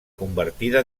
convertida